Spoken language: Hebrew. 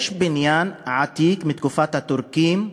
יש בניין עתיק, מתקופת הטורקים,